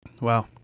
Wow